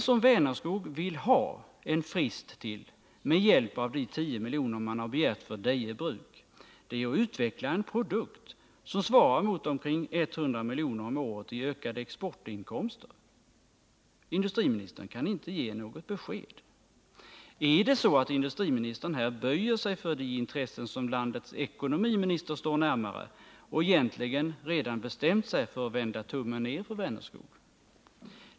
Vad Vänerskog vill ha de tio miljoner man har begärt för Deje Bruk AB till är en frist för att utveckla en produkt som svarar mot omkring 100 miljoner om året i ökade exportinkomster. Industriministern kan inte ge något besked. Är det så att industriministern här böjer sig för de intressen som landets ekonomiminister står närmare och egentligen redan bestämt sig för att vända tummen ner för Vänerskog?